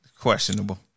Questionable